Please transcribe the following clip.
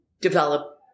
develop